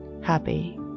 happy